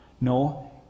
No